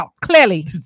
clearly